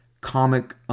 comic